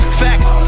facts